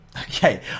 Okay